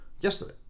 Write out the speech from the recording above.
yesterday